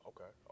Okay